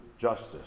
justice